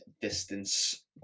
distance